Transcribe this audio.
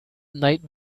night